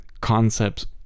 concepts